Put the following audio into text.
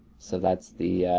so that's the,